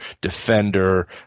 defender